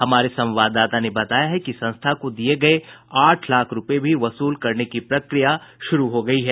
हमारे संवाददाता ने बताया है कि संस्था को दिये गये आठ लाख रुपये भी वसूल करने की प्रक्रिया शुरू हो गयी है